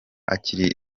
ari